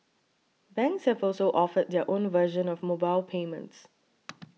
banks have also offered their own version of mobile payments